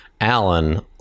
Alan